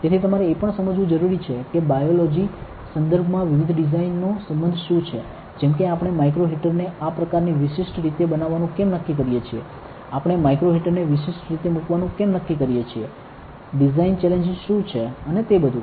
તેથી તમારે એ પણ સમજવું જરૂરી છે કે બયોલૉજી સંદર્ભમાં વિવિધ ડિઝાઇન નો સમ્બંધ શું છે જેમ કે આપણે માઇક્રો હીટરને આ પ્રકારની વિશિષ્ટ રીતે બનાવવાનું કેમ નક્કી કરીએ છીએ આપણે માઇક્રો હીટરને વિશિષ્ટ રીતે મૂકવાનું કેમ નક્કી કરીએ છીએ ડિઝાઇન ચેલેન્જીસ શું છે અને તે બઘું